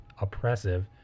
oppressive